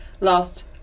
last